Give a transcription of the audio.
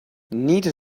neither